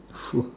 !woo!